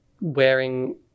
wearing